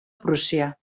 prússia